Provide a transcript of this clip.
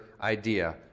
idea